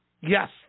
Yes